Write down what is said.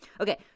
Okay